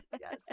Yes